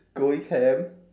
going ham